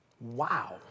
Wow